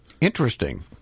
Interesting